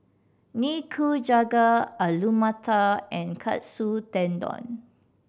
Nikujaga Alu Matar and Katsu Tendon